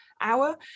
hour